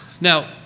Now